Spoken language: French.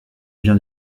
vient